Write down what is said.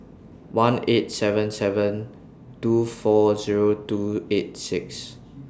one eight seven seven two four Zero two eight six